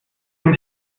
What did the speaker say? dem